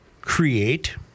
create